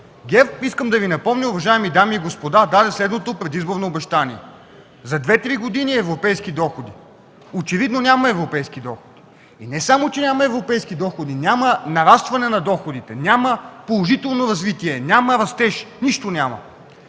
ГЕРБ – искам да Ви напомня, уважаеми дами и господа – даде следното предизборно обещание: за две-три години европейски доходи. Очевидно няма европейски доходи. Не само че няма европейски доходи, няма нарастване на доходите, няма положително развитие, няма растеж – нищо няма!